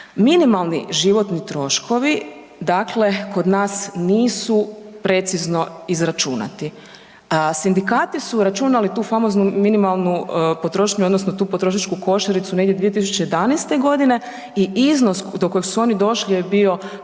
Minimalni životni troškovi dakle kod nas nisu precizno izračunati. Sindikati su računali tu famoznu minimalnu potrošnju odnosno tu potrošačku košaricu negdje 2011. godine i iznos do kojeg su oni došli je bio